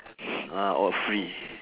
ah all free